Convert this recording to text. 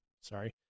Sorry